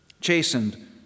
Chastened